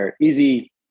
easy